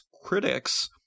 critics